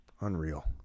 Unreal